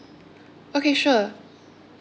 okay sure